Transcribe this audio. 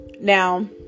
Now